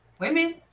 Women